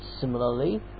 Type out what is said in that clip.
Similarly